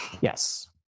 Yes